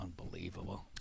Unbelievable